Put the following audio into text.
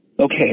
Okay